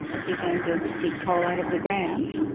if you're going to dig coal out of the ground,